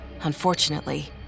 Unfortunately